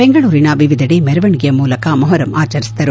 ಬೆಂಗಳೂರಿನ ವಿವಿಧಡೆ ಮೆರವಣಿಗೆಯ ಮೂಲಕ ಮೊಹರಂ ಆಚರಿಸಿದರು